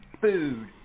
food